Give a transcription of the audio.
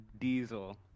diesel